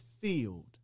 field